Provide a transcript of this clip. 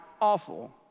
awful